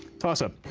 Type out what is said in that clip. toss-up.